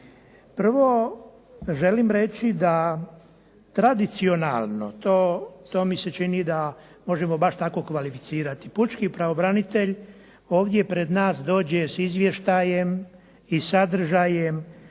Prvo želim reći da tradicionalno, to mi se čini da možemo baš tako kvalificirati. Pučki pravobranitelj ovdje pred nas dođe s izvještajem i sadržajem